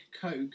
Coke